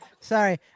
sorry